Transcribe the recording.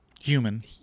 human